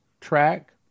Track